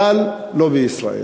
אבל לא בישראל.